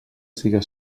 siga